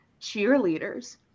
cheerleaders